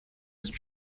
ist